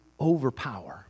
overpower